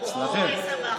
אצלכם.